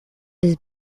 his